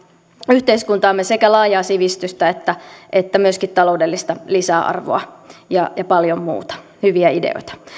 yhteiskuntaamme sekä laajaa sivistystä että että myöskin taloudellista lisäarvoa ja paljon muuta hyviä ideoita